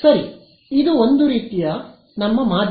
ಸರಿ ಇದು ಒಂದು ರೀತಿಯ ಇದು ನಮ್ಮ ಮಾದರಿ